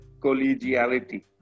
collegiality